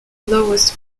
lowest